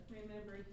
Remember